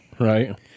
Right